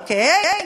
אוקיי?